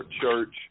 church